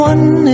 One